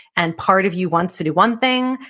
and part of you wants to do one thing,